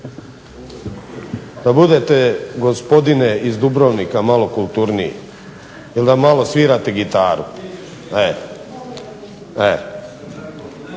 da budete gospodine iz Dubrovnika malo kulturniji ili da malo svirate gitaru. Dakle